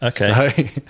Okay